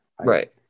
Right